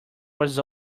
was